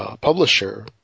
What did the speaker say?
publisher